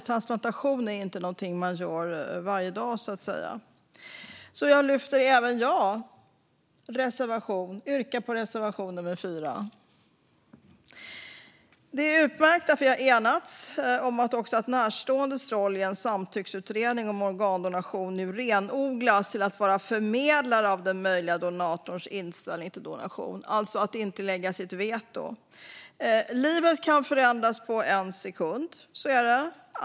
En transplantation är inte någonting man gör varje dag. Även jag yrkar bifall till reservation 4. Det är utmärkt att vi har enats om att närståendes roll i en samtyckesutredning om organdonation nu renodlas till att vara förmedlare av den möjliga donatorns inställning till donation. Närstående kan alltså inte lägga in sitt veto. Livet kan förändras på en sekund - så är det.